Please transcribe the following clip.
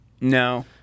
No